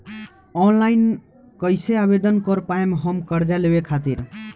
Online कइसे आवेदन कर पाएम हम कर्जा लेवे खातिर?